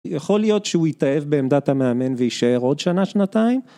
יכול להיות שהוא יתאהב בעמדת המאמן ויישאר עוד שנה, שנתיים.